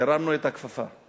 הרמנו את הכפפה.